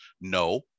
No